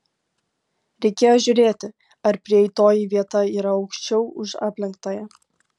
reikėjo žiūrėti ar prieitoji vieta yra aukščiau už aplenktąją